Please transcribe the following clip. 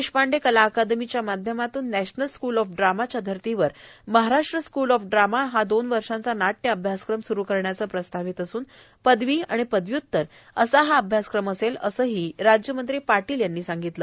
देशपांडे कला अकादमीच्या माध्यमातून नॅशनल स्क्ल ऑफ ड्रामाश् च्या धर्तीवर महाराष्ट्र स्क्ल ऑफ ड्रामाश हा दोन वर्षांचा नाट्य अभ्यासक्रम स्रू करण्याचं प्रस्तावित असून पदवी आणि पदव्य्त्तर असा हा अभ्यासक्रम असेलए असेही राज्यमंत्री पाटील यांनी सांगितलं